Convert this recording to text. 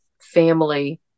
family